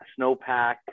snowpack